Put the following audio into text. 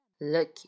Look